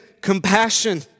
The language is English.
compassion